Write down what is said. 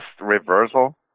reversal